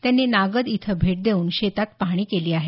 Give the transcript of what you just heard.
त्यांनी नागद इथं भेट देऊन शेतात पहाणी केली आहे